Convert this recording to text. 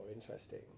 interesting